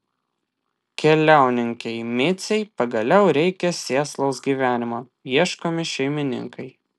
keliauninkei micei pagaliau reikia sėslaus gyvenimo ieškomi šeimininkai